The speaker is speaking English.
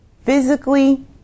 physically